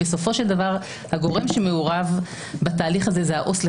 ובסופו של דבר הגורם שמעורב בתהליך הזה זה העובד הסוציאלי